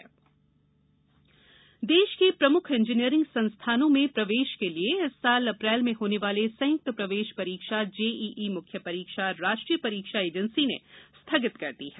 JEE परीक्षा देश के प्रमुख इंजीनियरिंग संस्थानों में प्रवेश के लिए इस वर्ष अप्रैल में होने वाली संयुक्त प्रवेश परीक्षा जेईई मुख्य परीक्षा राष्ट्रीय परीक्षा एजेंसी ने स्थगित कर दी है